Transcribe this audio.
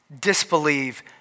disbelieve